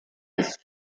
ist